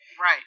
right